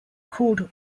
called